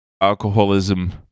alcoholism